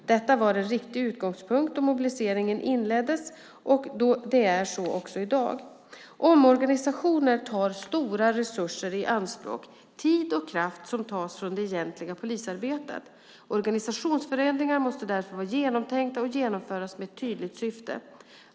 Detta var en riktig utgångspunkt då mobiliseringen inleddes och är så också i dag. Omorganisationer tar stora resurser i anspråk, tid och kraft som tas från det egentliga polisarbetet. Organisationsförändringar måste därför vara genomtänkta och genomföras med ett tydligt syfte.